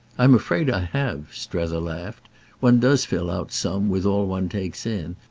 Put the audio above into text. i'm afraid i have, strether laughed one does fill out some with all one takes in,